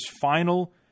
final